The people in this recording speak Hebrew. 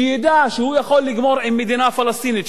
שידע שהוא יכול לגמור עם מדינה פלסטינית,